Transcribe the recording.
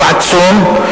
הוא עצום.